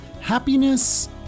happiness